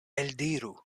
eldiru